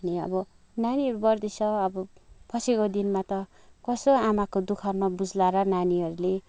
अनि अब नानीहरू बढ्दैछ अब पछिको दिनमा त कसो आमाको दु ख नबुझ्ला र नानीहरूले